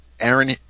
Aaron